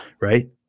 Right